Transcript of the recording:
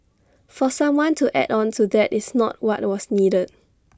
for someone to add on to that is not what was needed